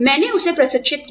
मैंने उसे प्रशिक्षित किया